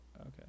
okay